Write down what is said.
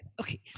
Okay